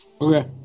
Okay